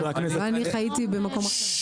כנראה אני חייתי במקום אחר.